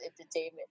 entertainment